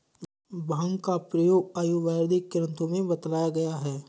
भाँग का प्रयोग आयुर्वेदिक ग्रन्थों में बतलाया गया है